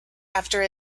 after